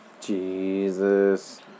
Jesus